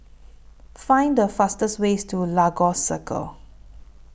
Find The fastest ways to Lagos Circle